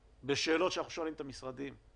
ושבגילאים מסוימים זה חצי שבוע.